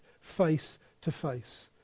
face-to-face